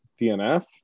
DNF